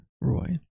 Roy